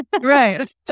Right